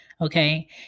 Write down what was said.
okay